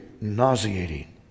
nauseating